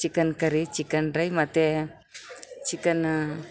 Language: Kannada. ಚಿಕನ್ ಕರಿ ಚಿಕನ್ ಡ್ರೈ ಮತ್ತು ಚಿಕನ್ನಾ